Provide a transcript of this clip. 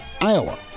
Iowa